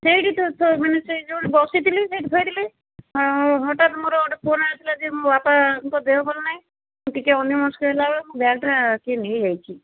ସେଇଠି ମାନେ ଯେଉଁଠି ବସିଥିଲି ସେଇଠି ଥୋଇଥିଲି ଆଉ ହଠାତ୍ ମୋର ଗୋଟେ ଫୋନ୍ ଆସିଲା ଯେ ମୋ ବାପାଙ୍କ ଦେହ ଭଲ ନାହିଁ ମୁଁ ଟିକେ ଅନ୍ୟମନସ୍କ ହେଲାବେଳକୁ ମୋ ବ୍ୟାଗ୍ଟା କିଏ ନେଇଯାଇଛି